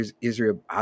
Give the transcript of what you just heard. Israel